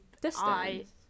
Distance